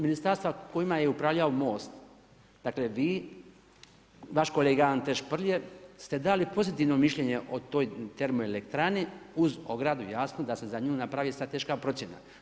Ministarstva kojima je upravljao Most dakle vi, vaš kolega Ante Šprlje ste dali pozitivno mišljenje o toj termoelektrani uz ogradu jasno da se za nju napravi strateška procjena.